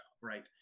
right